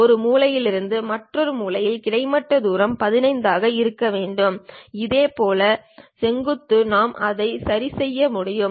ஒரு மூலையில் இருந்து மற்றொரு மூலையில் கிடைமட்ட தூரம் 15 ஆக இருக்க வேண்டும் இதேபோல் செங்குத்து நாம் அதை சரிசெய்ய முடியும்